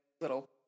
little